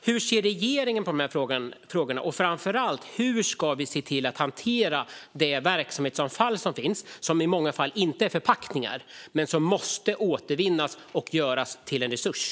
Hur ser regeringen på frågorna, och hur ska vi hantera det verksamhetsavfall som i många fall inte är förpackningar men som måste återvinnas och göras till en resurs?